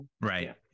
Right